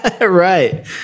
Right